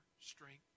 strength